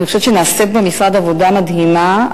אני חושבת שנעשית במשרד עבודה מדהימה,